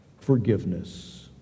forgiveness